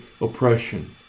oppression